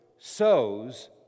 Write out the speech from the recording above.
sows